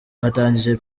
batangije